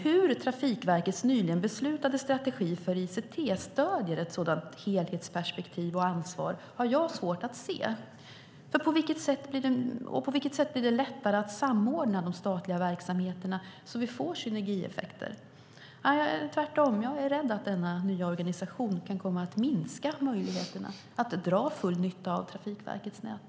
Hur Trafikverkets nyligen beslutade strategi för ICT stöder ett sådant helhetsperspektiv och ansvar har jag svårt att se. På vilket sätt blir det lättare att samordna de statliga verksamheterna så att vi får synergieffekter? Jag är tvärtom rädd att denna nya organisation kan komma att minska möjligheterna att dra full nytta av Trafikverkets nät.